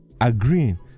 agreeing